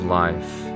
life